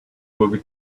movie